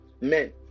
Men